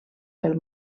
pel